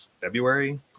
February